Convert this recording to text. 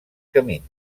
camins